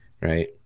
right